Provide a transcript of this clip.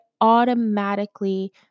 automatically